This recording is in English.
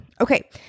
okay